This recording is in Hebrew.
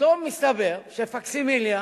פתאום מסתבר שפקסימיליה